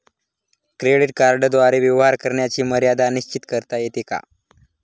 Credit कार्डद्वारे व्यवहार करण्याची मर्यादा निश्चित करता येते का?